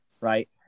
Right